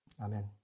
Amen